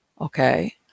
Okay